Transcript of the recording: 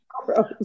Gross